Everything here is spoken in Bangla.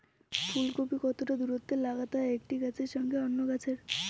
ফুলকপি কতটা দূরত্বে লাগাতে হয় একটি গাছের সঙ্গে অন্য গাছের?